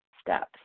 steps